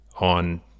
on